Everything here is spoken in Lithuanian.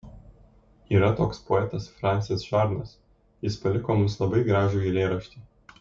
yra toks poetas fransis žarnas jis paliko mums labai gražų eilėraštį